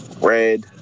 Red